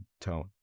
tone